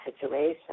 situation